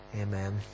amen